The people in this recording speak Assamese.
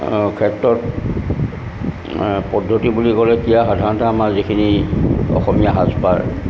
ক্ষেত্ৰত পদ্ধতি বুলি ক'লে এতিয়া সাধাৰণতে আমাৰ যিখিনি অসমীয়া সাজপাৰ